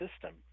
system